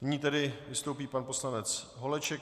Nyní tedy vystoupí pan poslanec Holeček.